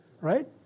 Right